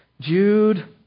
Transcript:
Jude